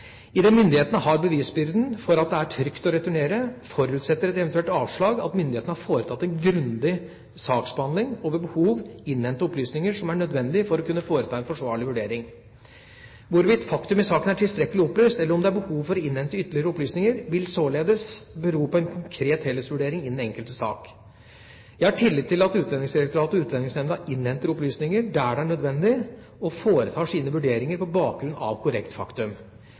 myndighetene har bevisbyrden for at det er trygt å returnere, forutsetter et eventuelt avslag at myndighetene har foretatt en grundig saksbehandling og ved behov innhentet opplysninger som er nødvendige for å kunne foreta en forsvarlig vurdering. Hvorvidt faktum i saken er tilstrekkelig opplyst, eller om det er behov for å innhente ytterligere opplysninger, vil således bero på en konkret helhetsvurdering i den enkelte sak. Jeg har tillit til at Utlendingsdirektoratet og Utlendingsnemnda innhenter opplysninger der det er nødvendig, og foretar sine vurderinger på bakgrunn av korrekt faktum.